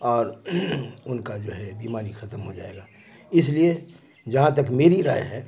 اور ان کا جو ہے بیماری ختم ہو جائے گا اس لیے جہاں تک میری رائے ہے